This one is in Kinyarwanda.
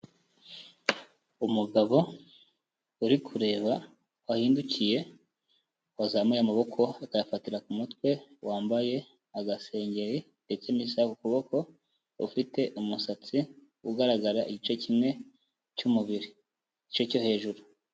Umugabo uri kureba wahindukiye, wazamuye amaboko akayafatira ku mutwe, wambaye agasengeri ndetse n'isaha ku kuboko, ufite umusatsi ugaragara igice kimwe cy'umubiri, igice cyo hejuru.